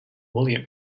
william